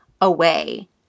away